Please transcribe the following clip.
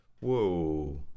Whoa